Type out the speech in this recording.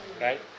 right